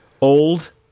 old